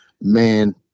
man